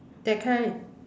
that kind